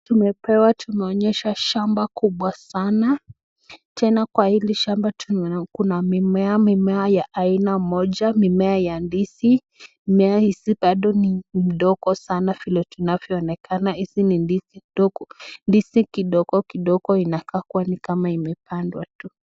Tumepewa tumeonyeshwa shamba kubwa sanaa. Tena kwa hili shamba kuna mimea. Mimea ya aina moja, mimea ya ndizi. Mimea hizi bado ni mdogo sanaa vile tunavyo onekana hizi ni ndizi ndogo. Ndizi kidogo kidogo inakaa kua imepandwa tu.